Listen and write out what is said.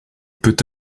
peut